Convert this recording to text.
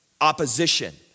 opposition